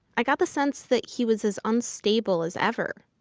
i got the sense that he was as unstable as ever.